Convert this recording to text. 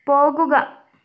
പോകുക